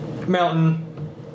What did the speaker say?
Mountain